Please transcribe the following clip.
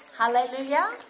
Hallelujah